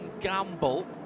Gamble